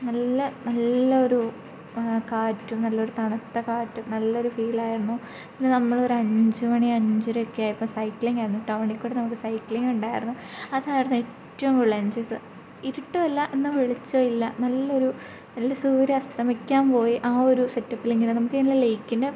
നല്ല നല്ല ഒരു കാറ്റും നല്ലൊരു തണുത്ത കാറ്റും നല്ലൊരു ഫീലായിരുന്നു പിന്നെ നമ്മൾ ഒരഞ്ചു മണി അഞ്ചരയൊക്കെ ആയപ്പം സൈക്ലിങ്ങ് ആയിരുന്നു ടൗണിൽ കൂടി നമുക്ക് സൈക്ലിങ്ങ് ഉണ്ടായിരുന്നു അതായിരുന്നു ഏറ്റവും കൂടുതൽ എൻജോയ് ചെയ്തത് ഇരുട്ടു അല്ല എന്നാൽ വെളിച്ചവും ഇല്ല നല്ലൊരു നല്ല സൂര്യൻ അസ്തമിക്കാൻ പോയി ആ ഒരു സെറ്റ് അപ്പിലിങ്ങനെ നമുക്കിങ്ങനെ ലെയ്ക്കിൻ്റെ